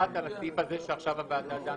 על הסעיף הזה שעכשיו הוועדה דנה בו?